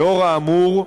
לאור האמור,